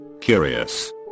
curious